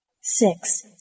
Six